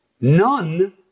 None